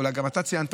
ואולי גם אתה ציינת,